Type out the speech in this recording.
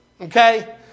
Okay